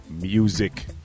music